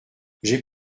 j’ai